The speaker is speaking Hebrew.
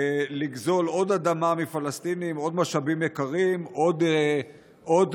לגזול עוד אדמה מפלסטינים, עוד משאבים יקרים, עוד